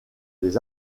les